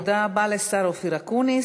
תודה רבה לשר אופיר אקוניס.